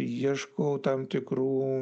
ieškau tam tikrų